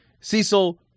Cecil